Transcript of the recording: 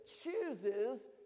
chooses